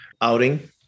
outing